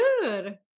good